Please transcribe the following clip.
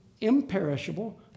imperishable